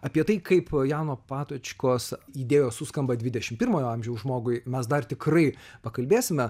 apie tai kaip jano patočkos įdėjos suskamba dvidešim pirmojo amžiaus žmogui mes dar tikrai pakalbėsime